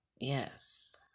Yes